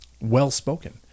well-spoken